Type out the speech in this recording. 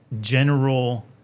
general